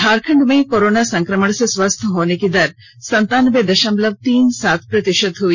झारखंड में कोरोना संक्रमण से स्वस्थ होने की दर संतानबे दशमलव तीन सात प्रतिशत हुई